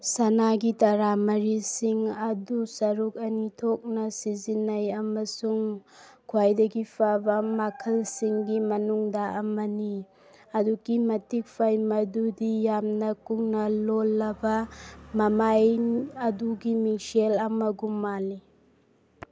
ꯁꯅꯥꯒꯤ ꯇꯔꯥ ꯃꯔꯤꯁꯤꯡ ꯑꯗꯨ ꯁꯔꯨꯛ ꯑꯅꯤ ꯊꯣꯛꯅ ꯁꯤꯖꯤꯟꯅꯩ ꯑꯃꯁꯨꯡ ꯈ꯭ꯋꯥꯏꯗꯒꯤ ꯐꯕ ꯃꯈꯜꯁꯤꯡꯒꯤ ꯃꯅꯨꯡꯗ ꯑꯃꯅꯤ ꯑꯗꯨꯛꯀꯤ ꯃꯇꯤꯛ ꯐꯩ ꯃꯗꯨꯗꯤ ꯌꯥꯝꯅ ꯀꯨꯡꯅ ꯂꯣꯜꯂꯕ ꯃꯃꯥꯏ ꯑꯗꯨ ꯃꯤꯡꯁꯦꯜ ꯑꯃꯒꯨꯝ ꯃꯥꯜꯂꯤ